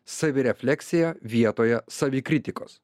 savirefleksija vietoje savikritikos